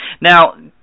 now